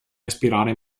respirare